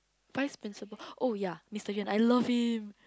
vice principal oh ya Mister Yuen I love him